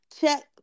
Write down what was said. check